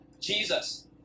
Jesus